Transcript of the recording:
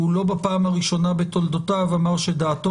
לא בפעם הראשונה בתולדותיו הוא אמר שדעתו